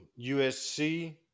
USC